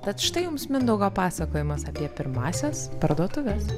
tad štai jums mindaugo pasakojimas apie pirmąsias parduotuves